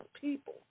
people